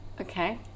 Okay